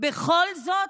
בכל זאת,